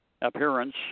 appearance